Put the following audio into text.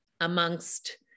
amongst